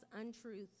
untruth